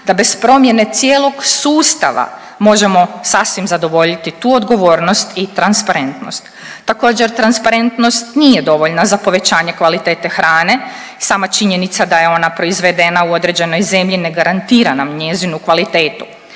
da bez promjene cijelog sustava možemo sasvim zadovoljiti tu odgovornost i transparentnost. Također, transparentnost nije dovoljna za povećanje kvalitete hrane i sama činjenica da je ona proizvedena u određenoj zemlji ne garantira nam njezinu kvalitetu.